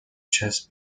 chest